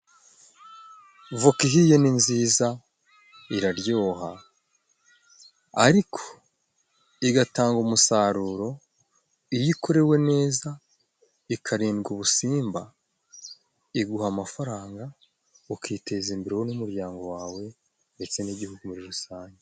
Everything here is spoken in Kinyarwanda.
Voka ihiye ni nziza iraryoha. Ariko igatanga umusaruro, iyo ikorewe neza, ikarindwa ubusimba, iguha amafaranga ukiteza imbere n'umuryango wawe, ndetse n'igihugu muri rusange.